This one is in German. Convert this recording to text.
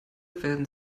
werden